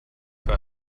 für